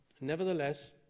Nevertheless